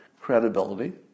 credibility